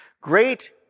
Great